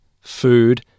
food